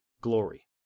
glory